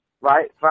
right